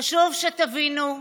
חשוב שתבינו,